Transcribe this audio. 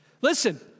Listen